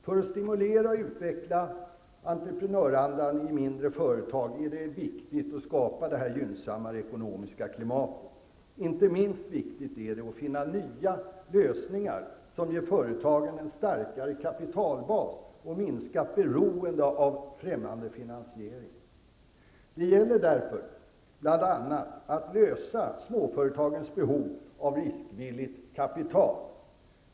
För att stimulera och utveckla entreprenörandan i de mindre företagen är det viktigt att skapa det här gynnsammare ekonomiska klimatet. Inte minst viktigt är det att finna nya lösningar som ger företagen en starkare kapitalbas och ett minskat beroende av främmande finansiering. Det gäller därför bl.a. att lösa småföretagens behov av riskvilligt kapital.